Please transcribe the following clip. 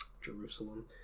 Jerusalem